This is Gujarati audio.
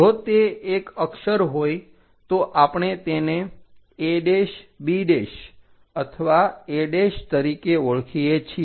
જો તે એક અક્ષર હોય તો આપણે તેને a b અથવા a તરીકે ઓળખીએ છીએ